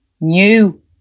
new